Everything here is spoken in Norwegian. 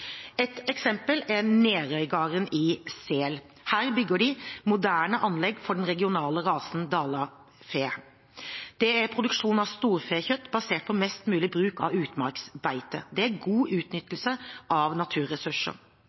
Et eksempel er Nerøygarden i Sel. Her bygger de et moderne anlegg for den regionale rasen dølafe. Dette er produksjon av storfekjøtt basert på mest mulig bruk av utmarksbeite. Det er god utnyttelse av naturressurser.